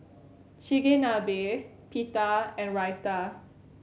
Chigenabe Pita and Raita